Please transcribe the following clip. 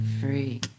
free